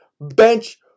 bench